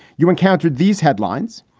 you encountered these headlines.